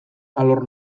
alor